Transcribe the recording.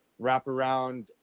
wraparound